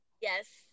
Yes